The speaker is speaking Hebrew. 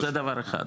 זה דבר אחד.